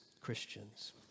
Christians